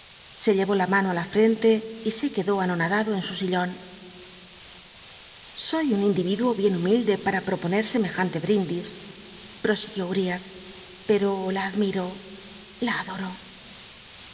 se llel'ó la mano á la frente y se quedó anonadado en su sillon soy un individuo bien humilde para proponct semejante btindis prosiguió utiah pero la admir'o la adoro si